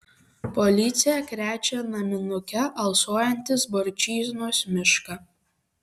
policija krečia naminuke alsuojantį zborčiznos mišką